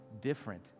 different